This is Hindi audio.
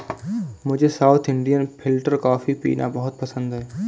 मुझे साउथ इंडियन फिल्टरकॉपी पीना बहुत पसंद है